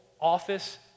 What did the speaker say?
office